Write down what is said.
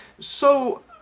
so.